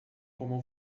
como